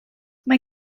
mae